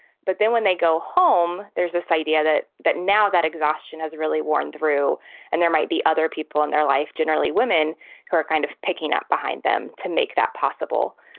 but then when they go home, there's this idea that that now that exhaustion has really worn through and there might be other people in their life. generally women who are kind of picking up behind them to make that possible.